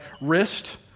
wrist